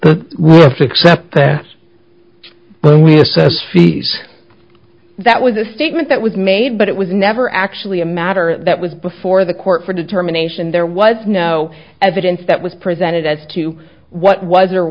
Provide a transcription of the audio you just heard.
wharf except that we assess fees that was a statement that was made but it was never actually a matter that was before the court for a determination there was no evidence that was presented as to what was